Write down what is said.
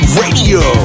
radio